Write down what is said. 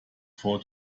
for